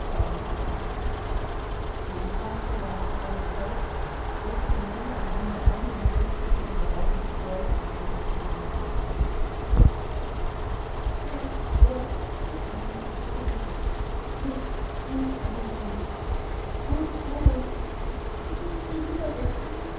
kleines kind sie umfaßte sein kahles haupt rückte näher an ihn heran und richtete ihre augen stolz und triumphierend nach oben da ist er ich habe es ja gewußt jetzt lebt alle wohl lebt wohl da sind sie